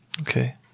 Okay